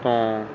ਤੋਂ